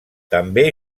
també